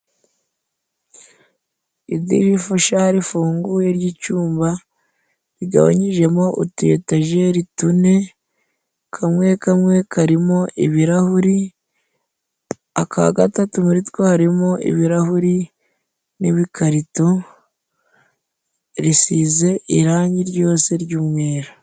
Idirifasha rifunguye ry'icyuma, rigabanyijemo utuyetajeri tune kamwe kamwe karimo ibirahuri, aka gatatu muri two harimo ibirahuri n''ibikarito, risize irangi ryose ry'umweru.